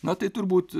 na tai turbūt